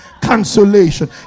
cancellation